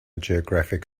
geographic